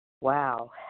Wow